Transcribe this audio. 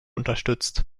unterstützt